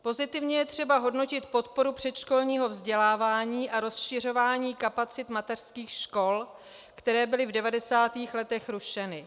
Pozitivně je třeba hodnotit podporu předškolního vzdělávání a rozšiřování kapacit mateřských škol, které byly v 90. letech rušeny.